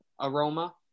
aroma